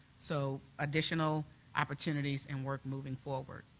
so additional opportunity and work moving forward.